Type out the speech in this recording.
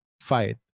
fight